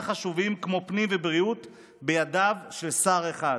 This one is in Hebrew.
חשובים כמו פנים ובריאות בידיו של שר אחד?